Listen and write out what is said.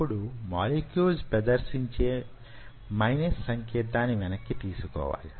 అప్పుడు మోలిక్యూల్స్ ప్రదర్శించే మైనస్ సంకేతాన్ని వెనక్కి తీసుకోవాలి